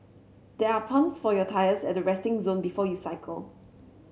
there are pumps for your tyres at the resting zone before you cycle